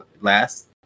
last